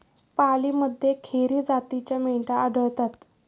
पालीमध्ये खेरी जातीच्या मेंढ्या आढळतात